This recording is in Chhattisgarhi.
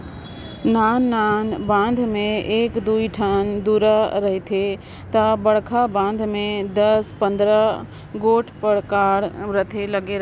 नान नान बांध में एक दुई ठन दुरा रहथे ता बड़खा बांध में दस पंदरा गोट कपाट लगे रथे